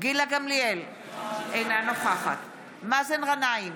גילה גמליאל, אינה נוכחת מאזן גנאים,